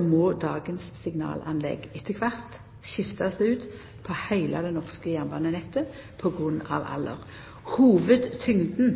må dagens signalanlegg etter kvart skiftast ut på heile det norske jernbanenettet på grunn av alder. Hovudtyngda